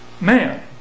man